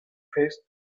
first